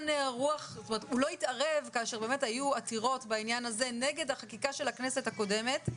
הוא לא התערב כאשר היו עתירות בעניין הזה נגד החקיקה של הכנסת הקודמת,